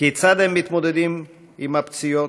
כיצד הם מתמודדים עם הפציעה,